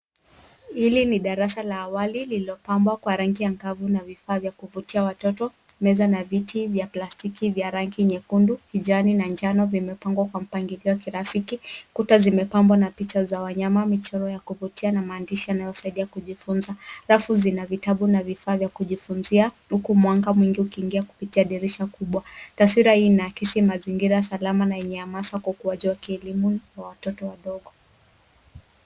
Hili ni darasa la awali lililopambwa kwa rangi angavu na vifaa vya kuvutia watoto. Meza na viti vya plastiki vya rangi nyekundu, kijani na njano vimepangwa kwa mpangilio kirafiki. Kuta zimepambwa na picha za wanyama, michoro ya kuvutia na maandishi yanayosaidia kujifunza. Rafu zina vitabu na vifaa vya kujifunzia huku mwanga mwingi ukiingia kupitia dirisha kubwa. Taswira hii inaakisi mazingira salama na yenye amasa kwa ukuaji wa elimu wa watoto wadogo.